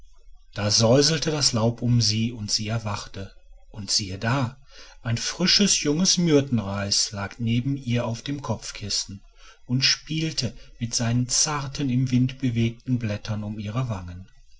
da säuselte das laub um sie und sie erwachte und siehe da ein frisches junges myrtenreis lag neben ihr auf dem kopfkissen und spielte mit seinen zarten im winde bewegten blättern um ihre wangen